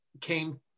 came